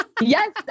Yes